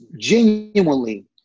genuinely